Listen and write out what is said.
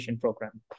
program